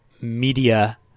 media